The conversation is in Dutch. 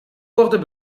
worden